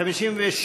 לא נתקבלה.